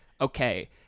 okay